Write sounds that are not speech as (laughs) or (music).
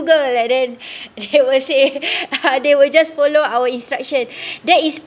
like that they will say (laughs) they will just follow our instructions that is